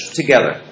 together